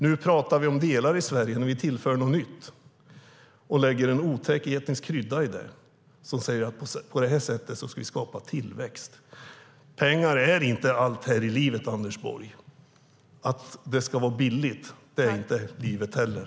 Nu pratar vi om delar i Sverige, och vi lägger en otäck etnisk krydda i det när vi säger att vi ska skapa tillväxt på det här sättet. Pengar är inte allt här i livet, Anders Borg! Att det ska vara billigt är inte livet heller.